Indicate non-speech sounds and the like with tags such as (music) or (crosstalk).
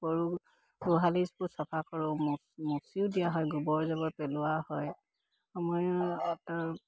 গৰু গোহালিবোৰ চফা কৰোঁ মচিও দিয়া হয় গোবৰ জাবৰ পেলোৱা হয় সময় (unintelligible)